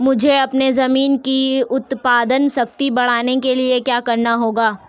मुझे अपनी ज़मीन की उत्पादन शक्ति बढ़ाने के लिए क्या करना होगा?